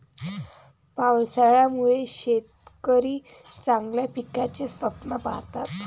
पावसाळ्यामुळे शेतकरी चांगल्या पिकाचे स्वप्न पाहतात